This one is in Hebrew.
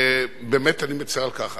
ואני מצר על כך.